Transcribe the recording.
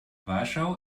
warschau